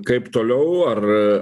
kaip toliau ar